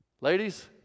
Ladies